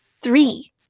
three